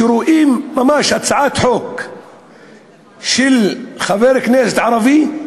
כשרואים הצעת חוק של חבר כנסת ערבי,